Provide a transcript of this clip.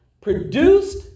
produced